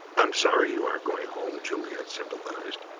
i'm sorry you aren't going home, juliet sympathized,